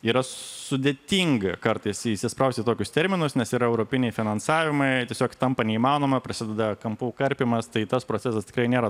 yra sudėtinga kartais įsisprausti į tokius terminus nes ir europiniai finansavimai tiesiog tampa neįmanoma prasideda kampų karpymas tai tas procesas tikrai nėra